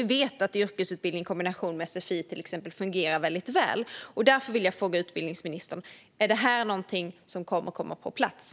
Vi vet att yrkesutbildning i kombination med till exempel sfi fungerar väldigt väl. Därför vill jag fråga utbildningsministern: Är detta något som kommer att komma på plats?